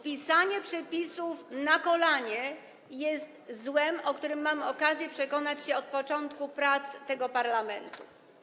Pisanie przepisów na kolanie jest złem, o czym miałam okazję przekonać się od początku prac tego parlamentu.